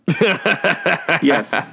yes